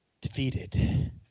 defeated